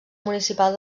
municipal